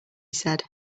said